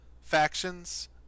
factions